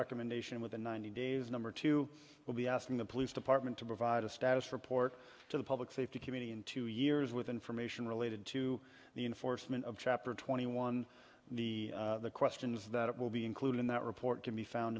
recommendation within ninety days number two will be asking the police department to provide a status report to the public safety committee in two years with information related to the enforcement of chapter twenty one the questions that will be included in that report can be found